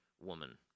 woman